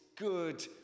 good